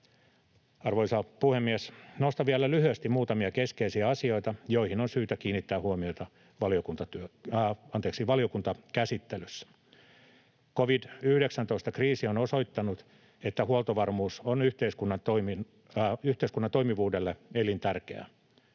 Arvoisa puhemies! Nostan vielä lyhyesti muutamia keskeisiä asioita, joihin on syytä kiinnittää huomiota valiokuntakäsittelyssä. Covid-19-kriisi on osoittanut, että huoltovarmuus on yhteiskunnan toimivuudelle elintärkeää.